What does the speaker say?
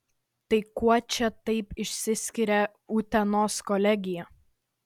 tai kuo čia taip išsiskiria utenos kolegija